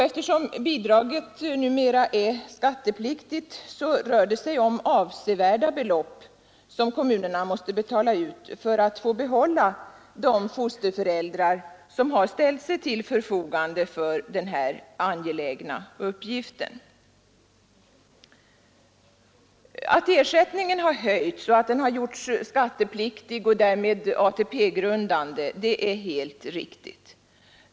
Eftersom bidraget numera är skattepliktigt rör det sig om avsevärda belopp, som kommunerna måste betala ut för att få behålla de fosterföräldrar som har ställt sig till förfogande för den här angelägna uppgiften. Att ersättningen har höjts och gjorts skattepliktig och därmed ATP-grundande är helt riktigt.